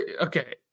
okay